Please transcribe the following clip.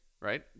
right